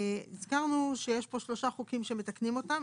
הזכרנו שיש פה שלושה חוקים שמתקנים אותם.